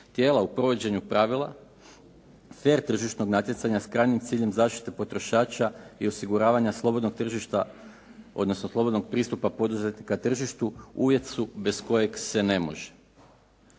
tijela u provođenju pravila, fer tržišnog natjecanja s krajnjim ciljem zaštite potrošača i osiguravanja slobodnog tržišta, odnosno slobodnog pristupa poduzetnika tržištu uvjet su bez kojeg se ne može.